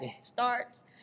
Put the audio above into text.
starts